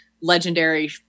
legendary